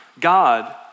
God